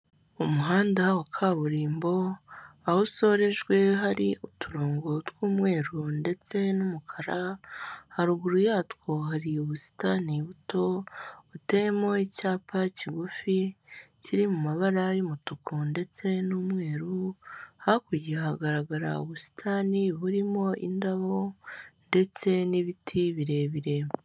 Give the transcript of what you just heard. Umuhanda wa kaburimbo aho usorejwe hari uturongo tw'umweru ndetse n'umukara, haruguru yatwo hari ubusitani buto, buteyemo icyapa kigufi kiri mu mabara y'umutuku ndetse n'umweru. Hakurya hagaragara ubusitani burimo indabo, ndetse n'ibiti birebire.